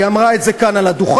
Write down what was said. היא אמרה את זה כאן על הדוכן,